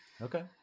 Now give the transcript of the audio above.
Okay